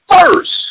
first